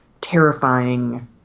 terrifying